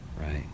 Right